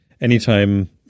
anytime